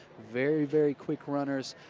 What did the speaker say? very, very quick runners,